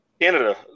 Canada